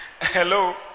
hello